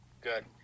Good